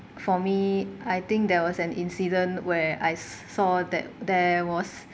for me I think there was an incident where I saw that there was